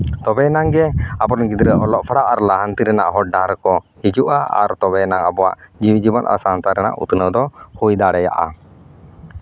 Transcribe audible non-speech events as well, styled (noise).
ᱛᱚᱵᱮᱭᱮᱱᱟᱝ ᱜᱮ ᱟᱵᱚᱨᱮᱱ ᱜᱤᱫᱽᱨᱟᱹ ᱫᱚ ᱚᱞᱚᱜ ᱯᱟᱲᱦᱟᱜ ᱟᱨ ᱞᱟᱦᱟᱱᱛᱤ ᱨᱮᱱᱟᱜ ᱦᱚᱨ ᱰᱟᱦᱟᱨ ᱠᱚ ᱦᱤᱡᱩᱜᱼᱟ ᱟᱨ ᱛᱚᱵᱮᱭᱮᱱᱟᱝ ᱟᱵᱚᱣᱟᱜ ᱡᱮ ᱡᱮᱢᱚᱱ (unintelligible) ᱩᱛᱱᱟᱹᱣ ᱫᱚ ᱦᱩᱭ ᱫᱟᱲᱭᱟᱜᱼᱟ